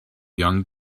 young